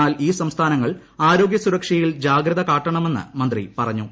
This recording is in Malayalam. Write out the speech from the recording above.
എന്നാൽ ഈ സംസ്ഥാനങ്ങൾ ആരോഗ്യ സുരക്ഷയിൽ ജാഗ്രത കാട്ടണമെന്ന് മന്ത്രി പറഞ്ഞു